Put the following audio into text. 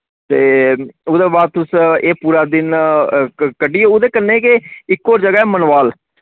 ते उदे बाद तुस एह् पूरा दिन क कडियै उदे कन्नै गै इक और जगह ऐ मनवाल